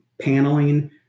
paneling